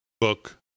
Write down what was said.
book